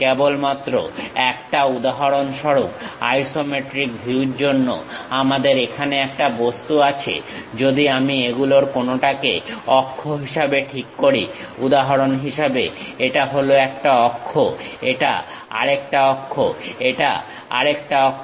কেবলমাত্র একটা উদাহরণ স্বরূপ আইসোমেট্রিক ভিউর জন্য আমাদের এখানে একটা বস্তু আছে যদি আমি এগুলোর কোনোটাকে অক্ষ হিসাবে ঠিক করি উদাহরণ হিসেবে এটা হল একটা অক্ষ এটা আরেকটা অক্ষ এটা আরেকটা অক্ষ